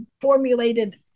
formulated